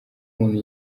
umuntu